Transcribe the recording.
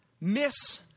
miss